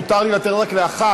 מותר לי לתת רק לאחת.